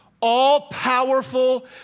all-powerful